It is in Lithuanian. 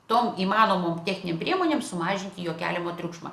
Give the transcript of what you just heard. tom įmanomom techninėm priemonėm sumažinti jo keliamą triukšmą